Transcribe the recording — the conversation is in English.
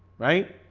right?